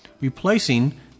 replacing